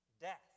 death